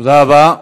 תודה רבה.